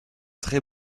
trait